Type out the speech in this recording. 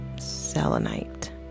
selenite